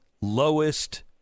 lowest